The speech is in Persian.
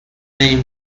این